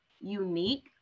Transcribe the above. unique